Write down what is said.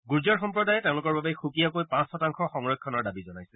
গুৰ্জৰ সম্প্ৰদায়ে তেওঁলোকৰ বাবে সুকীয়াকৈ পাঁচ শতাংশ সংৰক্ষণৰ দাবী জনাইছে